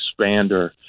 expander